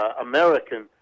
American